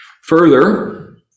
Further